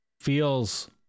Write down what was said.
feels